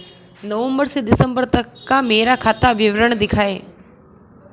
नवंबर से दिसंबर तक का मेरा खाता विवरण दिखाएं?